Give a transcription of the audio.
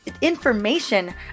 information